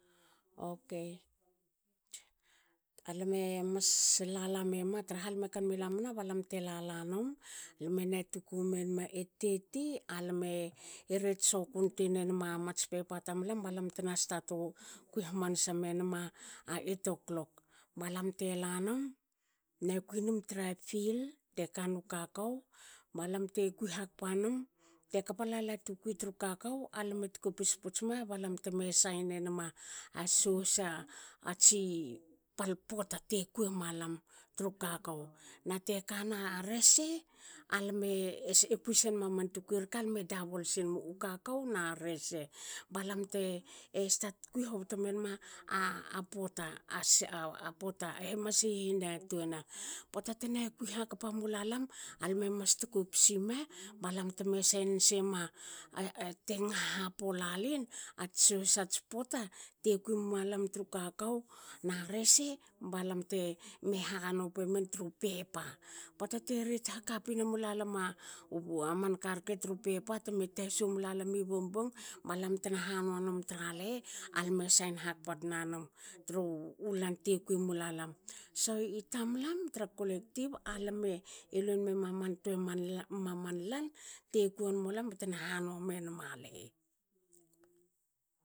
Okei. alame mas lala meme traha lame kanmi lamina balam te lalanum. lame na tuku menma eight thirty alame ret sokun tui nemna a mats pepa tamlam balam tna stat kui hamansa menma eight o'clock. Balam telanum nakui num tra field tekanu kokou balam te kui hakpa num te kapa lala tukui tru kakou, alame tkopis putsime balam teme sain enma sohsa atsi pal pota te kuw malam tru kakou. nate kana rese. alame kui senma man tukui rke alame dabol sinum u kakou na rese. Balam te stat kui hoboto menma a pota mas hihinatuena. Pota te kui hakapa mulalam alame mas tkopsi ma balam tme sain sema te ngaha hapepo lalin ats sho sats pota. te kuim malam tru kakou na resebalam te me ha nopue men tru pepa. Pota te ret hakapine mulalam man karke tru pepa te tasu mla lami bongbong. balam tna hanua num tra lehe alame sain hakpa tnanum tru ulan te kui mula lam so i tamlam tra kolektiv alame luenne ma man tue ma man lan te kui won mulam bte na hanua menma lehe.